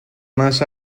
más